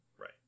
Right